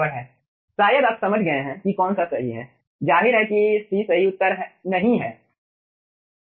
शायद आप समझ गए हैं कि कौन सा सही है जाहिर है कि सी सही उत्तर नहीं है